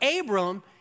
Abram